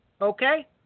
okay